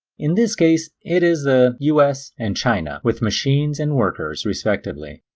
in this case it is the us and china with machines and workers, respectively.